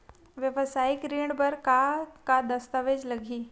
वेवसायिक ऋण बर का का दस्तावेज लगही?